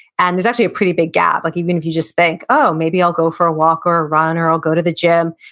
and there's actually a pretty big gap, like even if you just think, oh, maybe i'll go for a walk or a run, or i'll go to the gym,